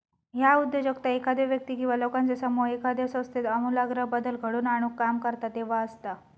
ह्या उद्योजकता एखादो व्यक्ती किंवा लोकांचो समूह एखाद्यो संस्थेत आमूलाग्र बदल घडवून आणुक काम करता तेव्हा असता